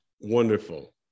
wonderful